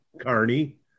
Carney